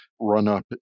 run-up